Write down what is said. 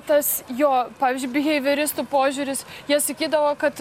tas jo pavyzdžiui biheivioristų požiūris jie sakydavo kad